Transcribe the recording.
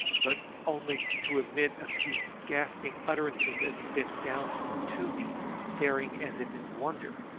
but only to emit a few gasping utterances as he bent down to me staring as if in wonder.